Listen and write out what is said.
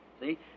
See